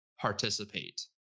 participate